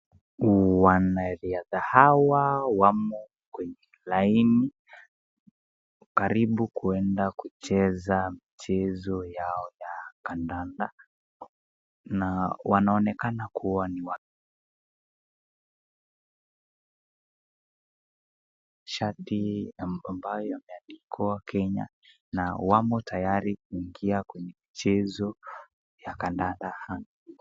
Wanariadha hawa wamo kwenye laini, karibu kwenda kucheza mchezo yao ya kandanda, na wanaonekana kuwa, wana shati ambayo imeandikwa Kenya na wamo tayari kuingia kwenye michezo ya kandanda.